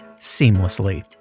seamlessly